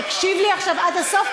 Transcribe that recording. תקשיב לי עכשיו עד הסוף.